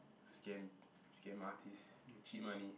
scam scam artist they cheat money